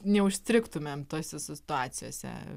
neužstrigtumėm tose situacijose